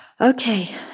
Okay